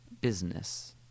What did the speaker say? Business